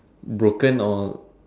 broken or